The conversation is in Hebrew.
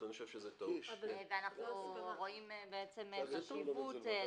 ואנחנו רואים חשיבות,